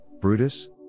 Brutus